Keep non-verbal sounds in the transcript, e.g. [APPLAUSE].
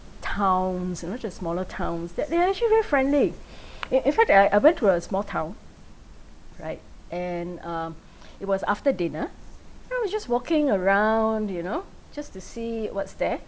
towns you know just smaller towns they they actually very friendly [BREATH] in in fact that I I went to a small town right and um it was after dinner and I was just walking around you know just to see what's there